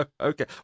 Okay